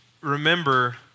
Remember